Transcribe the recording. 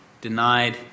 denied